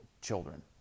children